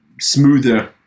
smoother